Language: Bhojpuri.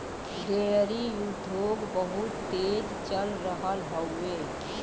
डेयरी उद्योग बहुत तेज चल रहल हउवे